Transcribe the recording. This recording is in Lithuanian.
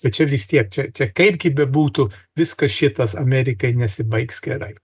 tai čia vis tiek čia kaipgi bebūtų viskas šitas amerikai nesibaigs gerai